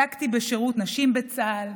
עסקתי בשירות נשים בצה"ל,